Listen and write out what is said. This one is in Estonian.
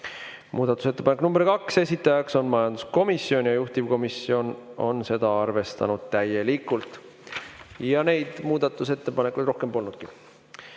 Muudatusettepanek nr 2, esitaja on majanduskomisjon ja juhtivkomisjon on seda arvestanud täielikult. Muudatusettepanekuid rohkem polnudki.